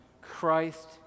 Christ